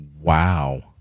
Wow